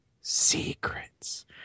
Secrets